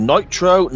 Nitro